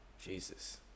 Jesus